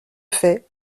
fait